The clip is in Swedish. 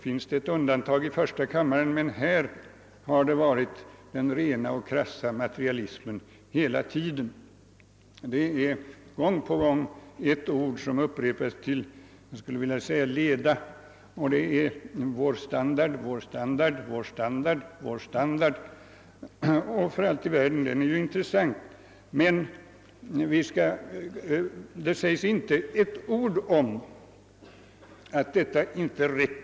I denna kammare har genomgående den rena och krassa materialismen varit förhärskande och ett undantag lär, enligt vad som ryktas, endast ha förekommit i första kammaren. Ett par ord som upprepas till leda är »vår standard». Denna är för all del intressant, men det sägs inte ett ord om att den inte är allt.